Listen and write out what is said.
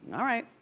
all right.